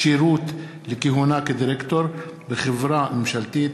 כשירות לכהונה כדירקטור בחברה ממשלתית),